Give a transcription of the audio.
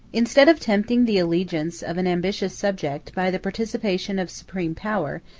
instead of tempting the allegiance of an ambitious subject, by the participation of supreme power,